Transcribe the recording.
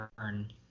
Turn